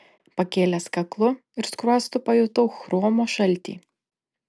pakėlęs kaklu ir skruostu pajutau chromo šaltį